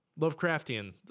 Lovecraftian